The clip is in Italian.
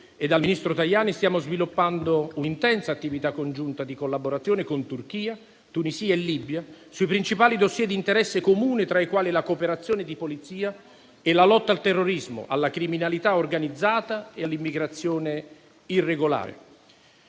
e al ministro Tajani, stiamo sviluppando un'intensa attività congiunta di collaborazione con Turchia, Tunisia e Libia sui principali *dossier* di interesse comune, tra i quali la cooperazione di polizia e la lotta al terrorismo, alla criminalità organizzata e all'immigrazione irregolare.